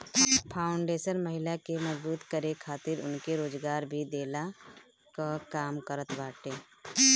foundation महिला के मजबूत करे खातिर उनके रोजगार भी देहला कअ काम करत बाटे